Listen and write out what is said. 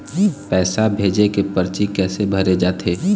पैसा भेजे के परची कैसे भरे जाथे?